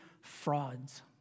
frauds